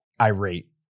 irate